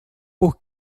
por